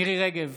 מירי מרים רגב,